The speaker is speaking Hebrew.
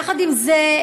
יחד עם זה,